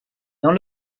dans